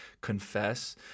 confess